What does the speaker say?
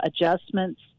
adjustments